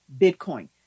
Bitcoin